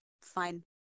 fine